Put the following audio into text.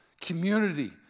community